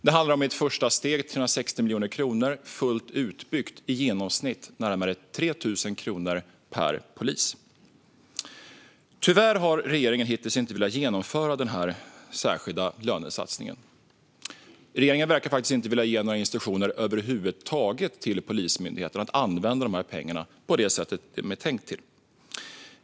Det handlar i ett första steg om 360 miljoner kronor och fullt utbyggt om i genomsnitt närmare 3 000 kronor per polis. Tyvärr har regeringen hittills inte velat genomföra den särskilda lönesatsningen. Regeringen verkar faktiskt inte vilja ge några instruktioner över huvud taget till Polismyndigheten att använda dessa pengar på det sätt som var tänkt.